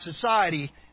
society